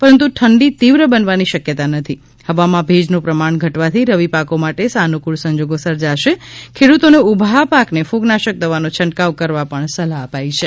પરંતુ ઠંડી તીવ્ર બનવાની શક્યતા નથી હવામાં ભેજનું પ્રમાણ ઘટવાથી રવિ પાકો માટે સાનુકુળ સંજોગો સર્જાશે ખેડૂતોને ઉભા પાકને ફગનાશક દવાનો છંટકાવ કરવા સલાહ અપાઇ છે